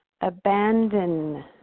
Abandon